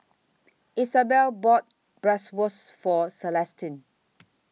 Isabel bought Bratwurst For Celestine